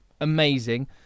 amazing